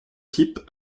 type